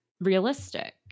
realistic